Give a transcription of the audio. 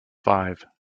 five